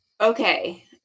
Okay